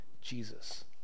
Jesus